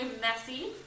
messy